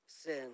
sin